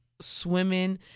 swimming